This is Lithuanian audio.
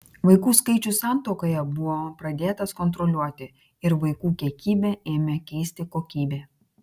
vaikų skaičius santuokoje buvo pradėtas kontroliuoti ir vaikų kiekybę ėmė keisti kokybė